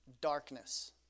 darkness